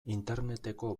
interneteko